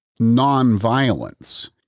nonviolence